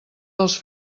dels